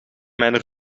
mijn